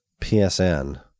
PSN